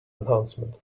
enhancement